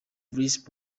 lisp